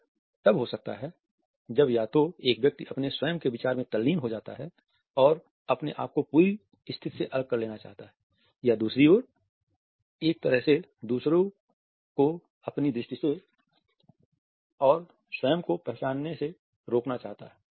यह तब हो सकता है जब या तो एक व्यक्ति अपने स्वयं के विचार में तल्लीन हो जाता है और अपने आप को पूरी स्थिति से अलग कर लेना चाहता है या दूसरी ओर एक तरह से दूसरों को अपनी दृष्टि से और स्वयं को पहचानने से रोकना चाहता है